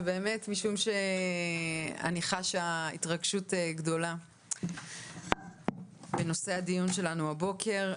באמת משום שאני חשה התרגשות גדולה מנושא הדיון שלנו הבוקר,